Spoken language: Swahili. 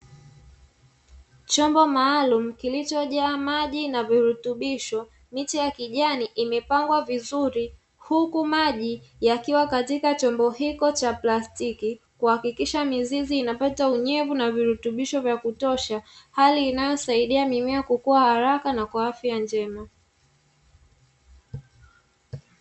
Chombo maalum kilichojaa maji ya virutubisho, mimea ya kijani imepandwa vizuri huku maji yakiwa katika chombo hicho cha plastiki kuhakikisha mizizi inapata unyevu na virutubisho vya kutosha, hali inayosaidia mimea kukuwa haraka na kwa afya njema.